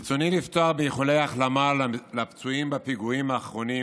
ברצוני לפתוח באיחולי החלמה לפצועים בפיגועים האחרונים